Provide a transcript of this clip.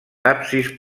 absis